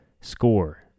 score